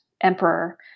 emperor